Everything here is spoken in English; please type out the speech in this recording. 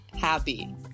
happy